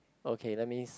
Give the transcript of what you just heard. okay let me